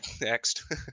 next